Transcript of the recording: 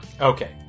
Okay